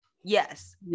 Yes